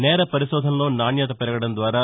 నేర వరిశోధనలో నాణ్యత పెరగడం ద్వారా